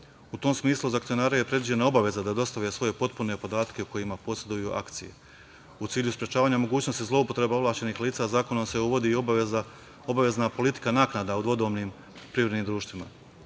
U tom smislu, za akcionare je predviđena obaveza da dostave svoje potpune podatke o kojima poseduju akcije.U cilju sprečavanja mogućnosti zloupotreba ovlašćenih lica zakonom se uvodi i obavezna politika naknada o dvodomnim privrednim društvima.